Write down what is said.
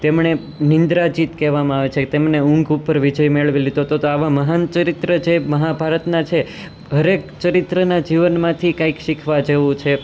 તેમને નીંદરાજીત કહેવામાં આવે છે તેમણે ઊંઘ ઉપર વિજય મેળવી લીધો હતો તો આવા મહાન ચરિત્ર છે મહાભારતના છે હર એક ચરિત્રના જીવનમાંથી કંઈક શીખવા જેવું છે